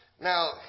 Now